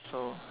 so